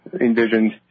envisioned